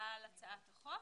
ההצבעה על הצעת חוק.